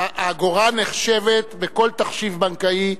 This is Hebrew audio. האגורה נחשבת בכל תחשיב בנקאי,